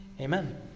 Amen